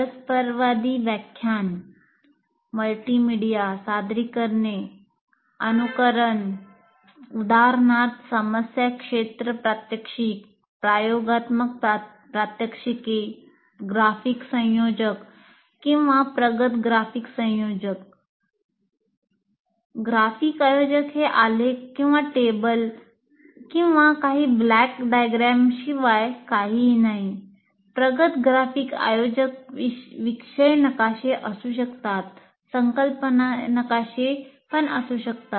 परस्परसंवादी व्याख्यान मल्टीमीडिया सादरीकरणे अनुकरण उदाहरणार्थ समस्या क्षेत्र प्रात्यक्षिक प्रयोगात्मक प्रात्यक्षिके ग्राफिक संयोजक किंवा प्रगत ग्राफिक संयोजक